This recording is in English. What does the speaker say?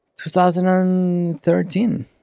2013